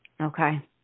Okay